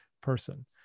person